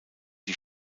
die